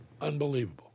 Unbelievable